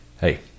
hey